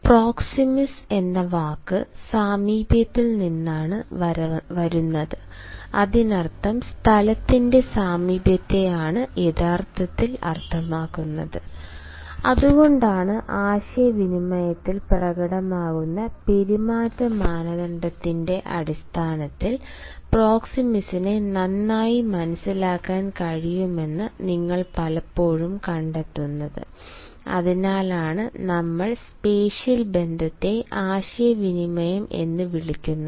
proxemics എന്ന വാക്ക് സാമീപ്യത്തിൽ നിന്നാണ് വരുന്നത് അതിനർത്ഥം സ്ഥലത്തിന്റെ സാമീപ്യത്തെയാണ് യഥാർത്ഥത്തിൽ അർത്ഥമാക്കുന്നത് അതുകൊണ്ടാണ് ആശയവിനിമയത്തിൽ പ്രകടമാകുന്ന പെരുമാറ്റ മാനദണ്ഡത്തിന്റെ അടിസ്ഥാനത്തിൽ പ്രോക്സിമിക്സിനെ നന്നായി മനസ്സിലാക്കാൻ കഴിയുമെന്ന് നിങ്ങൾ പലപ്പോഴും കണ്ടെത്തുന്നത് അതിനാലാണ് നമ്മൾ സ്പേഷ്യൽ ബന്ധത്തെ ആശയവിനിമയം എന്ന് വിളിക്കുന്നത്